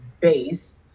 base